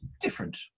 different